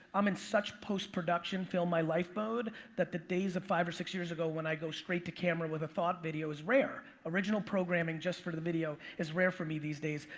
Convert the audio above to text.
i'm in such post production, film-my-life mode that the days of five or six years ago when i'd go straight to camera with a thought video is rare. original programming just for the video is rare for me these days,